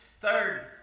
Third